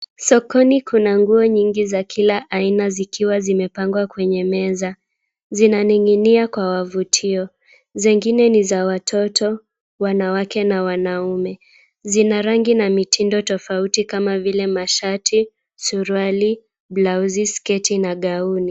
Sokoni kuna nguo nyingi za kila aina zikiwa zimepangwa kwenye meza zikiwa zinaning'inia kuwavutia. Zengine ni za watoto, wanawake na wanaume. Zina rangi na mitindo tofauti kama vile mashati, suruali, blauzi, sketi na gauni.